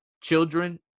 children